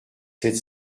sept